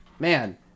Man